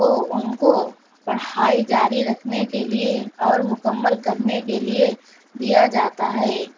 کو ان کو پڑھائی جاری رکھنے کے لیے اور مکمل کرنے کے لیے دیا جاتا ہے